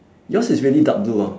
yours is really dark blue ah